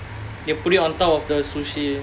they put it on top of the sushi